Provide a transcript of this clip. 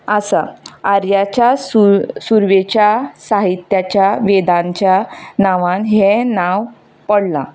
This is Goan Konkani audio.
आसा आर्याच्या सूर सुर्वेच्या साहित्याच्या वेदांच्या नांवान हें नांव पडलां